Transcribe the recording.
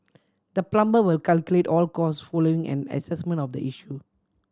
the plumber will calculate all cost following an assessment of the issue